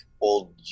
old